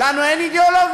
לנו אין אידיאולוגיה?